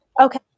Okay